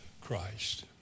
Christ